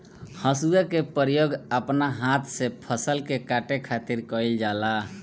हसुआ के प्रयोग अपना हाथ से फसल के काटे खातिर कईल जाला